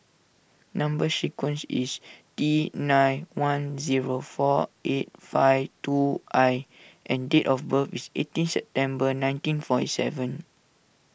Number Sequence is T nine one zero four eight five two I and date of birth is eighteen September nineteen forty seven